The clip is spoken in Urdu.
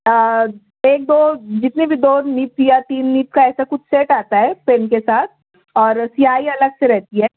ایک دو جتنے بھی دو نیبس یا تین نیبس کا ایسا کچھ سیٹ آتا ہے پین کے ساتھ اور سیاہی الگ سے رہتی ہے